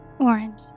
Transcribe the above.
Orange